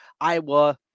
Iowa